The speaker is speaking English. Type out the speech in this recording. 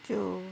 就